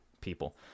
people